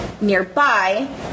nearby